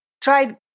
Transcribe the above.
tried